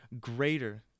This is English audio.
greater